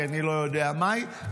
כי אני לא יודע מה היא,